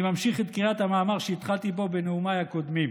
אני ממשיך את קריאת המאמר שהתחלתי בו בנאומיי הקודמים.